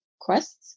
quests